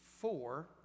four